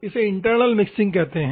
इसे internal mixing कहते हैं